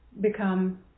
become